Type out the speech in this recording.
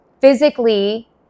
Physically